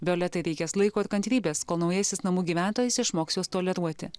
violetai reikės laiko ir kantrybės kol naujasis namų gyventojas išmoks juos toleruoti